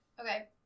Okay